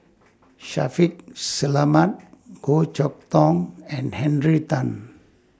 Shaffiq Selamat Goh Chok Tong and Henry Tan